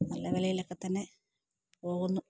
നല്ല വിലയിലൊക്കെ തന്നെ പോകുന്നു